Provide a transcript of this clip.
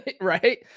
right